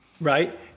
right